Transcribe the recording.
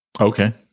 Okay